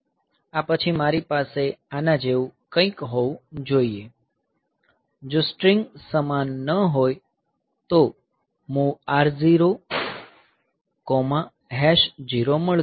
આ પછી મારી પાસે આના જેવું કંઈક હોવું જોઈએ જો સ્ટ્રીંગ સમાન ન હોય તો MOV R00 મળશે